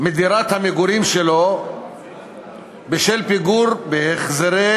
מדירת המגורים שלו בשל פיגור בהחזרי